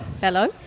Hello